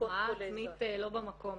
זקוקות --- זו מחמאה עצמית לא במקום.